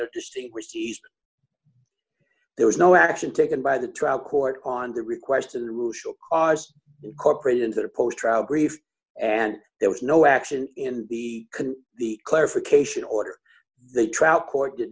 a distinguished east there was no action taken by the trial court on the request of the incorporated into the post trial grief and there was no action in the can the clarification order the trout court did